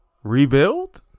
rebuild